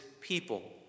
people